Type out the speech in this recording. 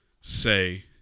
say